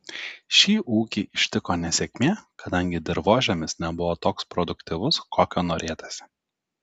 šį ūkį ištiko nesėkmė kadangi dirvožemis nebuvo toks produktyvus kokio norėtųsi